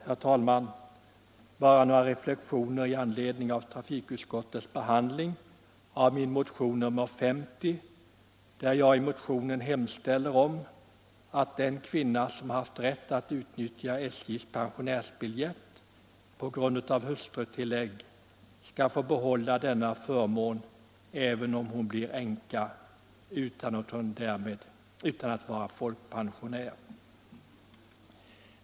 Herr talman! Bara några reflexioner i anledning av trafikutskottets behandling av motionen 50 där jag hemställer att kvinna som haft rätt att utnyttja SJ:s pensionärsbiljett på grund av åtnjutande av hustrutillägg skall få behålla denna förmån även om hon blir änka utan att vara folkpensionär.